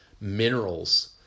minerals